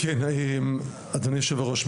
כן אדוני היושב ראש,